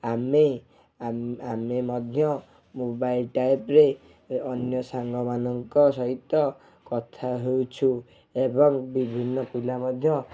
ଆମେ ଆମେ ମଧ୍ୟ ମୋବାଇଲ୍ ଟ୍ୟାବ୍ରେ ଅନ୍ୟ ସାଙ୍ଗମାନଙ୍କ ସହିତ କଥା ହେଉଛୁ ଏବଂ ବିଭିନ୍ନ ପିଲା ମଧ୍ୟ